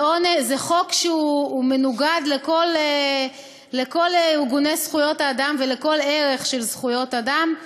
זה חוק שהוא מנוגד לכל ארגוני זכויות האדם ולכל ערך של זכויות אדם,